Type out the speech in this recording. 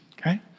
okay